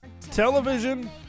television